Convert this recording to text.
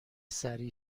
سریع